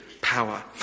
power